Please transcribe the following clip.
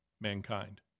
mankind